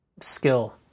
Skill